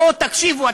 בואו תקשיבו,